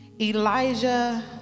Elijah